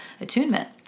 attunement